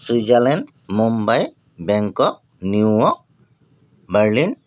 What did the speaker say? Switzerland Mumbai Bangkok New York Berlin